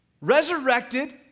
Resurrected